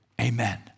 Amen